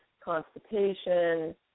constipation